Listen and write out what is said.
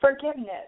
Forgiveness